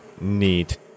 Neat